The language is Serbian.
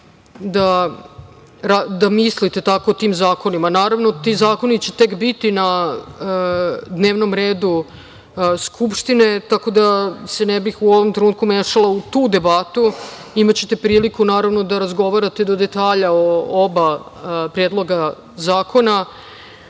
da mislite tako o tim zakonima. Naravno, ti zakoni će tek biti na dnevnom redu Skupštine, tako da se ne bih u ovom trenutku mešala u tu debatu. Imaćete priliku, naravno, da razgovarate do detalja o oba predloga zakona.